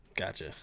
Gotcha